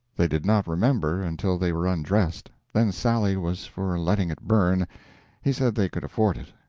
they did not remember until they were undressed then sally was for letting it burn he said they could afford it,